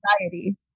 anxiety